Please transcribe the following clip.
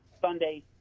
Sunday